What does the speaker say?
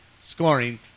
scoring